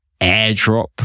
airdrop